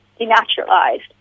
denaturalized